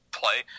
play